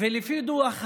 לפי דוח ה-OECD,